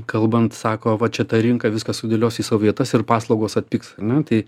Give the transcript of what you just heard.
kalbant sako va čia ta rinka viską sudėlios į savo vietas ir paslaugos atpigs ar ne tai